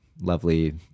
lovely